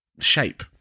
shape